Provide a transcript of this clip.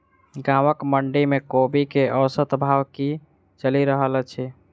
गाँवक मंडी मे कोबी केँ औसत भाव की चलि रहल अछि?